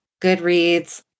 Goodreads